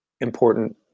important